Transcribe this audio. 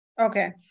Okay